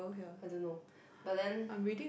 I don't know but then